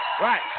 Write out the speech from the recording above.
Right